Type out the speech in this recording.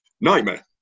nightmare